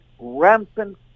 rampant